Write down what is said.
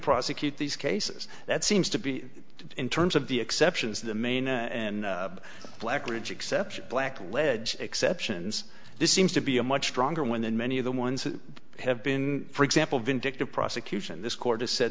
prosecute these cases that seems to be in terms of the exceptions the maine and black ridge exception blackledge exceptions this seems to be a much stronger win than many of the ones that have been for example vindictive prosecution this court has said